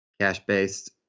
cash-based